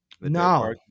No